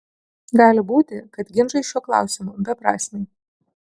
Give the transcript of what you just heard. gali būti kad ginčai šiuo klausimu beprasmiai